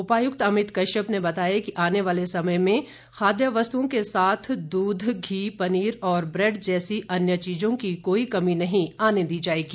उपायुक्त अमित कश्यप ने बताया कि आने वाले समय में खाद्य वस्तुओं के साथ दूध घी पनीर और ब्रैड जैसी अन्य चीजों की कोई कमी नहीं आने दी जाएगी